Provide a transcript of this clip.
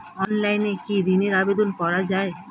অনলাইনে কি ঋনের আবেদন করা যায়?